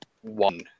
one